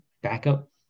backup